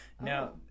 now